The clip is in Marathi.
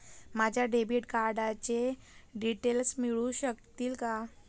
माझ्या डेबिट कार्डचे डिटेल्स मिळू शकतील का?